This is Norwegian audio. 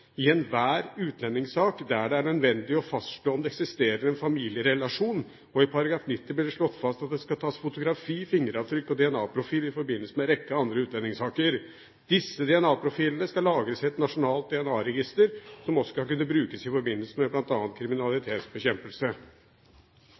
i enhver utlendingssak der det er nødvendig å fastslå om det eksisterer en familierelasjon, og i § 90 ble det slått fast at det skal tas fotografi, fingeravtrykk og DNA-profil i forbindelse med en rekke andre utlendingssaker. Disse DNA-profilene skal lagres i et nasjonalt DNA-register som også skal kunne brukes i forbindelse med